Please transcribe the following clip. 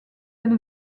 elle